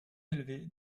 élevée